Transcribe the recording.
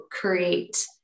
create